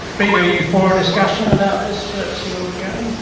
but you for a discussion about this, to see where we are going?